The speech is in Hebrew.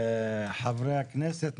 חברי הכנסת,